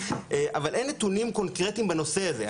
אבל אין נתונים קונקרטיים בנושא הזה,